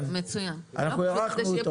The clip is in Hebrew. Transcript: הארכנו אותו.